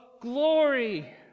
glory